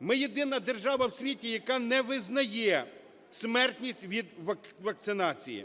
Ми єдина держава в світі, яка не визнає смертність від вакцинації.